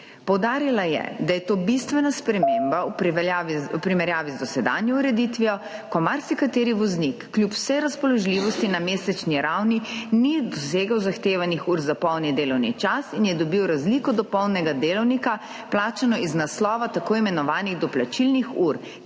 Poudarila je, da je to bistvena sprememba v primerjavi z dosedanjo ureditvijo, ko marsikateri voznik kljub vsej razpoložljivosti na mesečni ravni ni dosegel zahtevanih ur za polni delovni čas in je dobil razliko do polnega delovnika plačano iz naslova tako imenovanih doplačilnih ur,